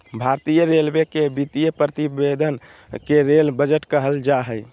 भारतीय रेलवे के वित्तीय प्रतिवेदन के रेल बजट कहल जा हइ